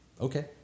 Okay